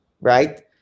Right